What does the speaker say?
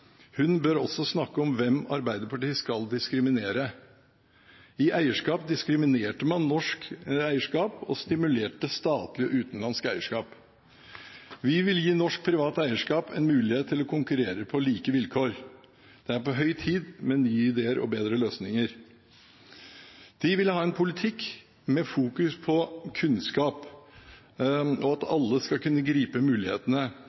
Hun bør også snakke om hvem Arbeiderpartiet skal diskriminere. I eierskap diskriminerte man norsk eierskap og stimulerte statlig og utenlandsk eierskap. Vi vil gi norsk privat eierskap en mulighet til å konkurrere på like vilkår. Det er på høy tid med nye ideer og bedre løsninger. Velgerne ville ha en politikk med fokus på kunnskap, at alle skal kunne gripe mulighetene, og